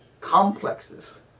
complexes